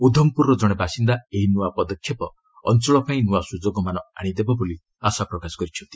ଉଦ୍ଧମପୁରର ଜଣେ ବାସିନ୍ଦା ଏହି ନୂଆ ପଦକ୍ଷେପ ଅଞ୍ଚଳ ପାଇଁ ନୂଆ ସୁଯୋଗମାନ ଆଣିଦେବ ବୋଲି ଆଶାପ୍ରକାଶ କରିଛନ୍ତି